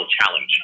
challenge